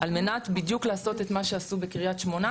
על מנת בדיוק לעשות את מה שעשו בקריית שמונה,